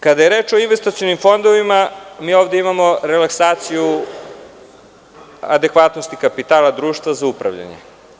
Kada je reč o investicionim fondovima, ovde imamo relaksaciju adekvatnosti kapitala društva za upravljanje.